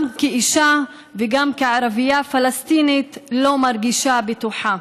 גם כאישה וגם כערבייה פלסטינית, לא מרגישה בטוחה.